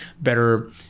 better